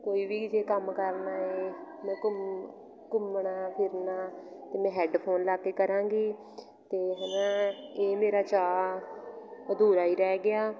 ਕੋਈ ਵੀ ਜੇ ਕੰਮ ਕਰਨਾ ਏ ਮੈਂ ਘੁੰਮ ਘੁੰਮਣਾ ਫਿਰਨਾ ਅਤੇ ਮੈਂ ਹੈਡਫੋਨ ਲਾ ਕੇ ਕਰਾਂਗੀ ਅਤੇ ਹੈ ਨਾ ਇਹ ਮੇਰਾ ਚਾਅ ਅਧੂਰਾ ਹੀ ਰਹਿ ਗਿਆ